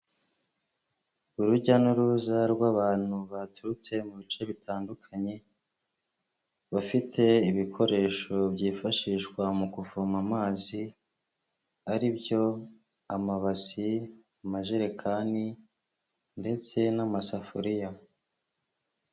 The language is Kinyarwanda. Urujya n'uruza rw'abantu baturutse mu bice bitandukanye, bafite ibikoresho byifashishwa mu kuvoma amazi. Aribyo amabasi, amajerekani ndetse n'amasafuriya.